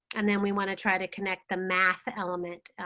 and then we want to try to connect the math element